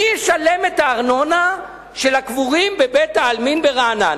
מי ישלם את הארנונה של הקבורים בבית-העלמין ברעננה?